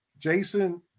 Jason